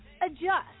adjust